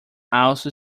also